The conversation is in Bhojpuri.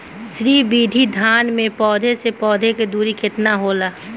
श्री विधि धान में पौधे से पौधे के दुरी केतना होला?